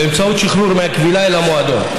באמצעות שחרור מהכבילה למועדון.